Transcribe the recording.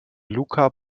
luca